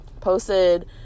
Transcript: posted